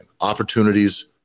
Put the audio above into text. Opportunities